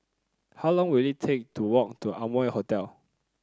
how long will it take to walk to Amoy Hotel